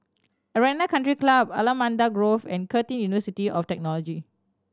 Arena Country Club Allamanda Grove and Curtin University of Technology